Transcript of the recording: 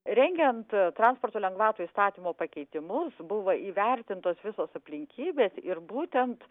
rengiant transporto lengvatų įstatymo pakeitimus buvo įvertintos visos aplinkybės ir būtent